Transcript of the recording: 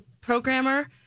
Programmer